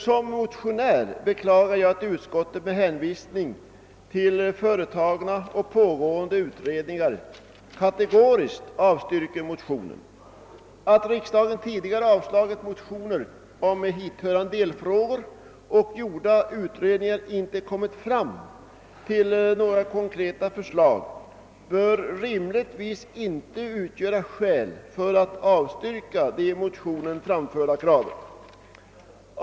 Som motionär beklagar jag att utskottet med hänvisning till företagna och pågående utredningar kategoriskt avstyrker motionerna. Att riksdagen tidigare avslagit motioner i hithörande delfrågor och att gjorda utredningar inte lett fram till några konkreta förslag bör rimligtvis inte utgöra skäl för att avstyrka det i motionerna framförda kravet.